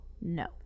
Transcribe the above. No